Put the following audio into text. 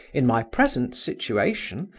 in my present situation,